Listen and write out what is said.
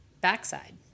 backside